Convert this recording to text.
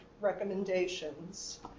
recommendations